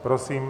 Prosím.